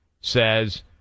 says